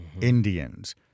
Indians